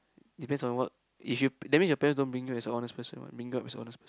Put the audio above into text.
depends on what if you that means your parents don't bring you as a honest person what bring up as honest person